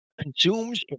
consumes